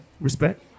Respect